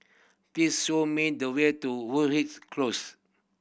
please show me the way to Close